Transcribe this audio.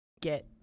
get